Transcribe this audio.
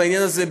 בעניין הזה,